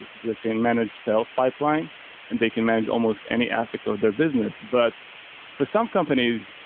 that they can manage sales pipeline and they can manage almost any aspect of their business. but for some companies,